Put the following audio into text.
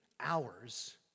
hours